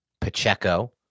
Pacheco